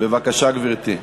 בבקשה, גברתי.